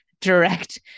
direct